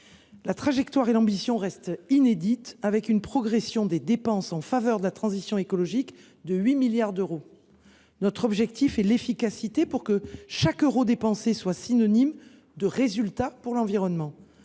trajectoire et notre ambition restent inédites avec une progression des dépenses en faveur de la transition écologique de 8 milliards d’euros. Nous avons pour objectif l’efficacité, afin que chaque euro dépensé donne des résultats pour l’environnement.